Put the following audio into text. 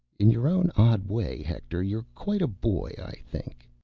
in your own odd way, hector, you're quite a boy. i think.